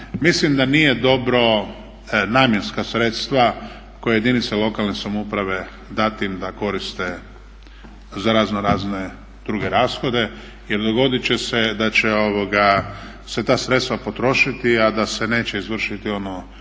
Mislim da nije dobro namjenska sredstva koje jedinice samouprave dati im da koriste za razno razne druge rashode jel dogodit će se da će se ta sredstva potrošiti a da se neće izvršiti ono